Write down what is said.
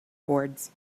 boards